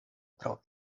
pro